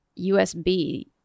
USB